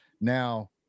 now